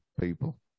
people